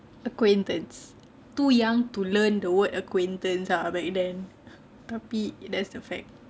acquaintance too young to learn the word acquaintance back then tapi that's the fact